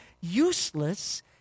useless